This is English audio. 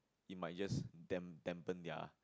it might just damp dampen their